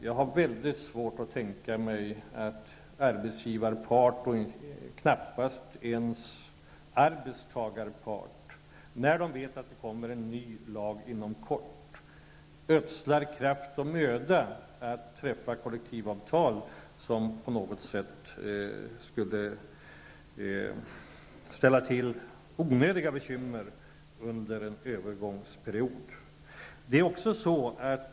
Jag har svårt att tänka mig att arbetsgivarparten, och knappast ens arbetstagarparten, ödslar kraft och möda att träffa kollektivavtal som skulle ställa till onödiga bekymmer under en övergångsperiod, när de vet att det kommer en ny lag inom kort.